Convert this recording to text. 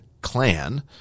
clan